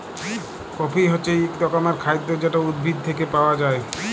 coffee হছে ইক রকমের খাইদ্য যেট উদ্ভিদ থ্যাইকে পাউয়া যায়